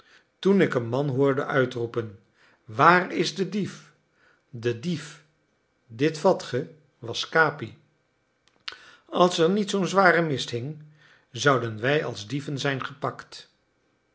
toen ik een man hoorde uitroepen waar is de dief de dief dit vat ge was capi als er niet zoo'n zware mist hing zouden wij als dieven zijn gepakt